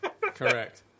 correct